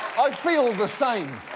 i feel the same.